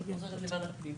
אני עוברת לוועדת פנים.